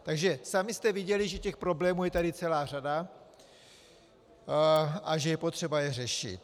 Takže sami jste viděli, že těch problémů je tady celá řada a že je potřeba je řešit.